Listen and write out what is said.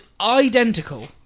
identical